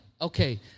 okay